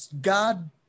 God